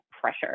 pressure